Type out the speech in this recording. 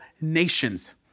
nations